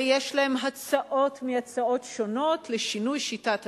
ויש להם הצעות מהצעות שונות לשינוי שיטת המשטר.